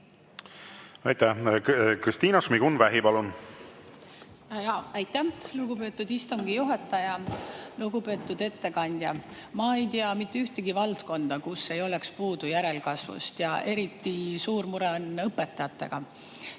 suhtumist muuta? Aitäh, lugupeetud istungi juhataja! Lugupeetud ettekandja! Ma ei tea mitte ühtegi valdkonda, kus ei oleks puudu järelkasvust, ja eriti suur mure on õpetajatega.